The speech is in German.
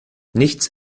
nichts